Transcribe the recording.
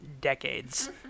decades